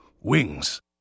wings